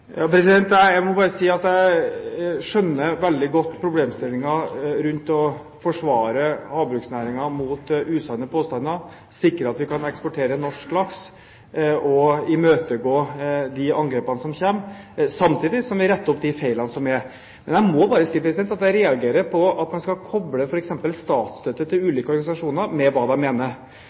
Jeg må bare si at jeg skjønner veldig godt problemstillingen rundt å forsvare havbruksnæringen mot usanne påstander, sikre at vi kan eksportere norsk laks, og imøtegå de angrepene som kommer, samtidig som vi retter opp de feilene som er. Men jeg må bare si at jeg reagerer på at man skal koble f.eks. statsstøtte til ulike organisasjoner med hva de mener.